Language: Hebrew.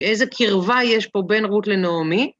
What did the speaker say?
איזה קרבה יש פה בין רות לנעמי.